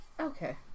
Okay